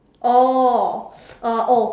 oh uh oh